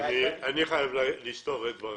אני חייב לסתור את דבריך.